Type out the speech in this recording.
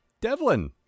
Devlin